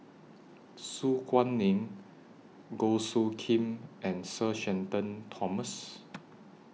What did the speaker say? Su Guaning Goh Soo Khim and Sir Shenton Thomas